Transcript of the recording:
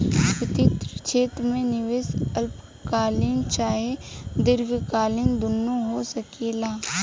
वित्तीय क्षेत्र में निवेश अल्पकालिक चाहे दीर्घकालिक दुनु हो सकेला